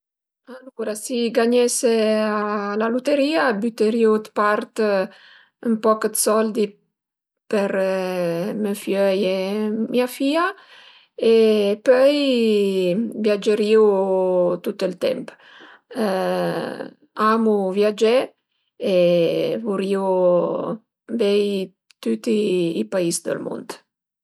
Si gagnese a la luterìa büterìu d'part ün poch d'soldi per me fiöi e mia fìa e pöi viagerìu tüt ël temp. Amu viagé e vurìu vei tüti i pais dël mund